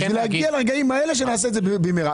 זה כדי להגיע לרגעים האלה, שנעשה את זה במהרה.